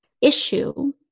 issue